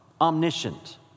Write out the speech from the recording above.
omniscient